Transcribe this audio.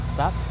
Stop